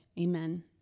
Amen